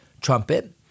trumpet